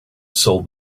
sold